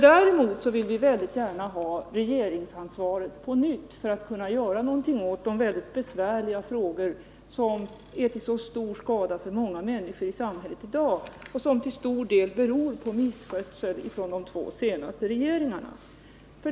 Däremot vill vi väldigt gärna på nytt ha regeringsansvaret för att kunna göra någonting åt de många besvärliga problem i samhället som i dag är till så stor skada för många människor och som till stor del beror på misskötsel från de två senaste regeringarna.